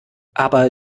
aber